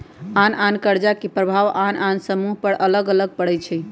आन आन कर्जा के प्रभाव आन आन समूह सभ पर अलग अलग पड़ई छै